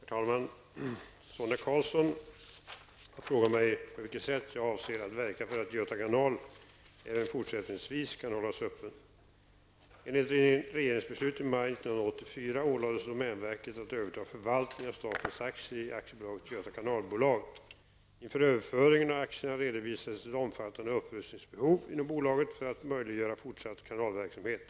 Herr talman! Sonia Karlsson har frågat mig på vilket sätt jag avser att verka för att Göta kanal även fortsättningsvis kan hållas öppen. Enligt regeringsbeslut i maj 1984 ålades domänverket att överta förvaltningen av statens aktier i AB Göta kanalbolag. Inför överföringen av aktierna redovisades ett omfattande upprustningsbehov inom bolaget för att möjliggöra fortsatt kanalverksamhet.